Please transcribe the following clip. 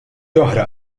oħra